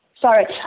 Sorry